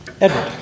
Edward